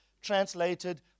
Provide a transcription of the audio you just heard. translated